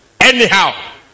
anyhow